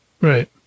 Right